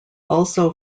also